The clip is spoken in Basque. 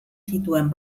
zituen